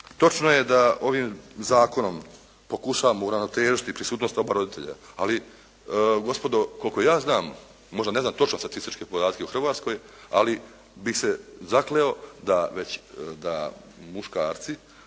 Točno je da ovim zakonom pokušavamo uravnotežiti prisutnost oba roditelja, ali gospodo koliko ja znam, možda ne znam točno statističke podatke u Hrvatskoj, ali bih se zakleo da muškarci